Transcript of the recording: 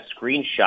screenshot